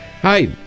Hi